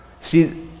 See